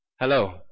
Hello